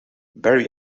barrie